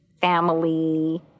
family